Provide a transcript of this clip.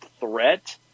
threat